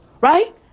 Right